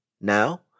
Now